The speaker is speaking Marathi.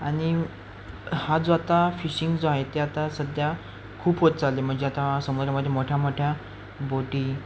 आणि हा जो आता फिशिंग जो आहे ते आता सध्या खूप होत चालले म्हणजे आता समुद्रामध्ये मोठ्या मोठ्या बोटी